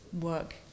work